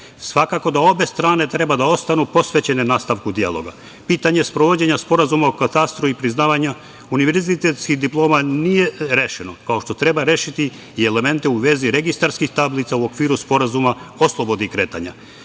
Svakako da obe strane treba da ostanu posvećene nastavku dijaloga. Pitanje sprovođenja sporazuma o katastru i priznavanja univerzitetskih diploma nije rešeno, kao što treba rešiti i elemente u vezi registarskih tablica u okviru sporazuma o slobodi kretanja. Srbija